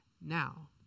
now